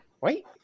Wait